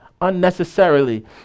unnecessarily